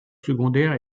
secondaire